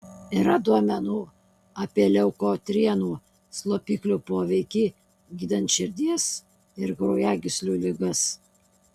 yra duomenų apie leukotrienų slopiklių poveikį gydant širdies ir kraujagyslių ligas